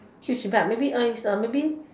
decision ah maybe is maybe